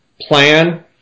Plan